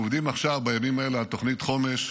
עכשיו, בימים האלה, אנחנו עובדים על תוכנית חומש.